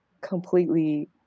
completely